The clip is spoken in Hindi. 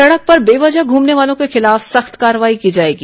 सड़क पर बेवजह घूमने वालों के खिलाफ सख्त कार्रवाई की जाएगी